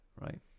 Right